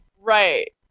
Right